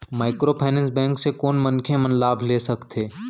Microfinance bank से कोन मनखे मन लाभ ले सकथे?